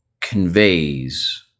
conveys